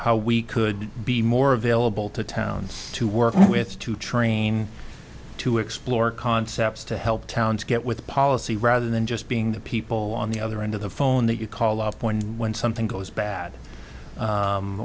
how we could be more available to towns to work with to train to explore concepts to help towns get with the policy rather than just being the people on the other end of the phone that you call a point when something goes bad